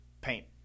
paint